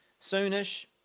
soonish